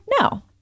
no